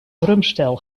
drumstel